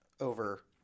over